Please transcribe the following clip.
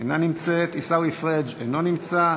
אינה נמצאת, עיסאווי פריג' אינו נמצא.